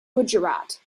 gujarat